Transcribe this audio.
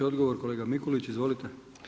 Odgovor kolega Mikulić, izvolite.